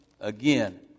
again